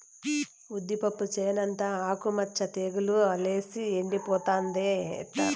ఉద్దిపప్పు చేనంతా ఆకు మచ్చ తెగులు అల్లేసి ఎండిపోతుండాదే ఎట్టా